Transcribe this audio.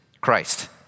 Christ